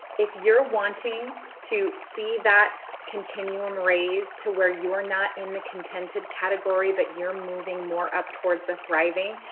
if you're wanting to see that continuum raise to where you are not in the contented category, but you're moving more up towards the thriving.